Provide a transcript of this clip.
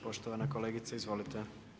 Poštovana kolegice, izvolite.